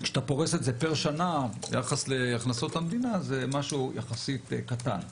כשאתה פורס את זה פר שנה ביחס להכנסות המדינה זה משהו יחסית קטן.